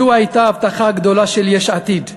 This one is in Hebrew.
זו הייתה ההבטחה הגדולה של יש עתיד לציבור,